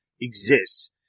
exists